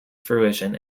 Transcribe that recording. fruition